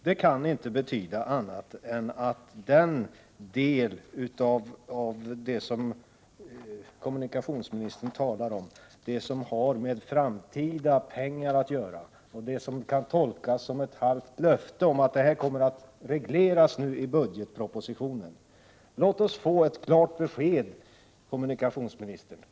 Det kan inte betyda annat än att den del i kommunikationsministerns anförande som handlar om framtida pengar och som kan tolkas som ett halvt löfte kommer att regleras i budgetpropositionen. Låt oss få ett klart besked, kommunikationsministern.